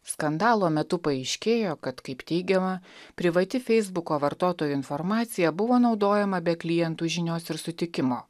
skandalo metu paaiškėjo kad kaip teigiama privati feisbuko vartotojų informacija buvo naudojama be klientų žinios ir sutikimo